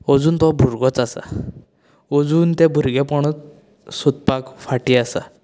अजून तो भुरगोच आसा अजून तें भुरगेंपणूच सोदपाक फाटीं आसा